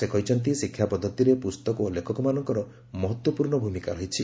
ସେ କହିଛନ୍ତି ଶିକ୍ଷା ପଦ୍ଧତିରେ ପୁସ୍ତକ ଓ ଲେଖକମାନଙ୍କର ମହତ୍ୱପୂର୍ଣ୍ଣ ଭୂମିକା ରହିଛି